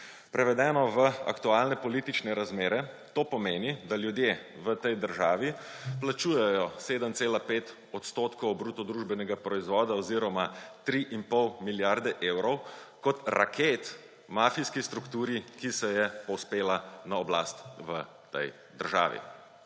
Prevedeno v aktualne politične razmere to pomeni, da ljudje v tej državi plačujejo 7,5 % bruto družbenega proizvoda oziroma 3,5 milijarde evrov kot raket mafijski strukturi, ki se je povzpela na oblast v tej državi.